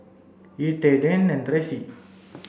Ettie Dayne and Tracy